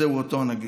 זהו אותו נגיף.